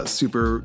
super